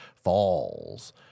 falls